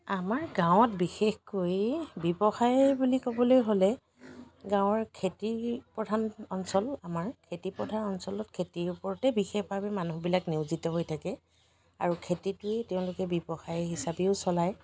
আমাৰ গাঁৱত বিশেষকৈ ব্যৱসায় বুলি ক'বলৈ হ'লে গাঁৱৰ খেতি প্ৰধান অঞ্চল আমাৰ খেতি প্ৰধান অঞ্চলত খেতিৰ ওপৰতে বিশেষভাৱে মানুহবিলাক নিয়োজিত হৈ থাকে আৰু খেতিটোৱে তেওঁলোকে ব্যৱসায় হিচাপেও চলায়